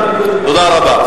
תודה רבה.